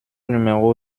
numéro